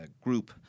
group